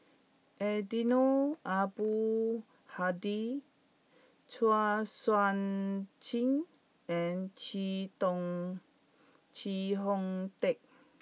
Eddino Abdul Hadi Chua Sian Chin and Chee Dong Chee Hong Tat